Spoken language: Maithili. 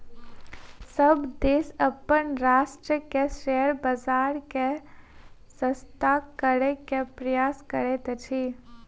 सभ देश अपन राष्ट्रक शेयर बजार के शशक्त करै के प्रयास करैत अछि